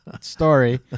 story